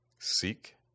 Seek